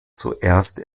zuerst